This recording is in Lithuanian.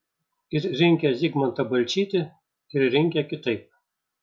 ir rinkę zigmantą balčytį ir rinkę kitaip